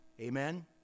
Amen